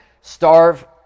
starve